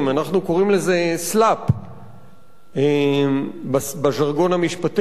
אנחנו קוראים לזה slap בז'רגון המשפטי,